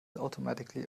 automatically